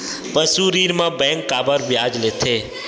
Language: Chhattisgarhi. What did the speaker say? पशु ऋण म बैंक काबर ब्याज लेथे?